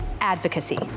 advocacy